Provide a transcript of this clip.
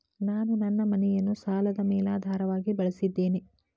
ನಾನು ನನ್ನ ಮನೆಯನ್ನು ಸಾಲದ ಮೇಲಾಧಾರವಾಗಿ ಬಳಸಿದ್ದೇನೆ